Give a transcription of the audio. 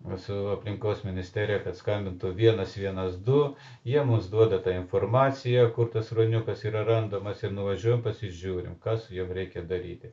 su aplinkos ministerija kad skambintų vienas vienas du jie mums duoda tą informaciją kur tas ruoniukas yra randamas ir nuvažiuojam pasižiūrim ką su juo reikia daryti